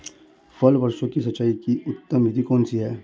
फल वृक्षों की सिंचाई की उत्तम विधि कौन सी है?